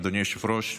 אדוני היושב-ראש,